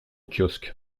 kiosque